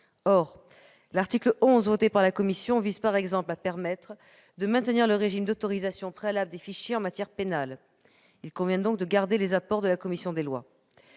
Cet article adopté par la commission vise par exemple à permettre de maintenir le régime d'autorisation préalable des fichiers en matière pénale. Il convient donc de conserver les apports de la commission des lois.